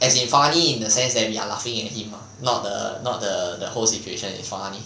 as in funny in the sense that we are laughing him ah not the not the the whole situation is funny